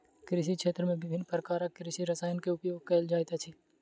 कृषि क्षेत्र में विभिन्न प्रकारक कृषि रसायन के उपयोग कयल जाइत अछि